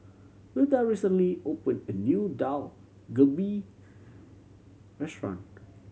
Wilda recently opened a new Dak Galbi Restaurant